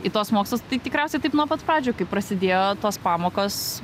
į tuos mokslus tai tikriausiai taip nuo pat pradžių kai prasidėjo tos pamokos